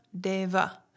Deva